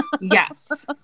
Yes